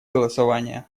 голосование